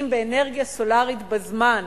השקענו באנרגיה סולרית בזמן,